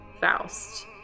Faust